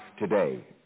today